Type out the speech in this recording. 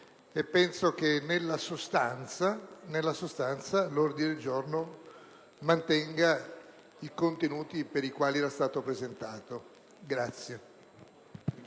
penso che, nella sostanza, l'ordine del giorno mantenga i contenuti per i quali era stato presentato.